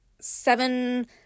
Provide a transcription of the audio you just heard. seven